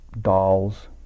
dolls